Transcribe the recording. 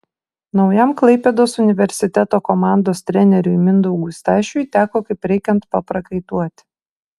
naujam klaipėdos universiteto komandos treneriui mindaugui stašiui teko kaip reikiant paprakaituoti